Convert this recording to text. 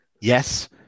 yes